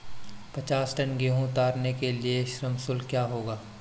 पचास टन गेहूँ उतारने के लिए श्रम शुल्क क्या होगा?